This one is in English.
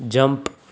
jump